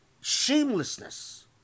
Shamelessness